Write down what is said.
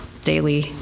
daily